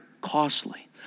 costly